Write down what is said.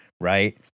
right